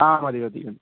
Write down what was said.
ആ മതി മതി മതി